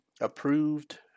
approved